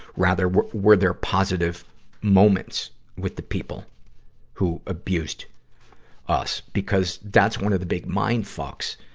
rather, were were there positive moments with the people who abused us. because that's one of the big mind fucks,